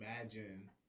imagine